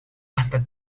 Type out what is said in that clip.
hasta